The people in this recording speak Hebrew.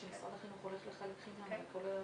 שמשרד החינוך הולך לחלק חינם לכל התלמידים.